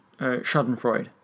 Schadenfreude